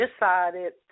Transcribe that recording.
decided